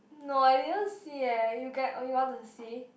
no I didn't see eh you get or you want to see